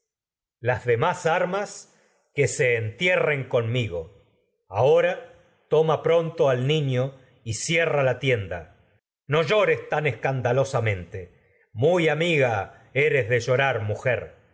las dnás armas al que y sé entierren conmigo ahora toma pronto tienda niño cierra la no llores tan escandalosa mente to muy amiga eres de llorar mujer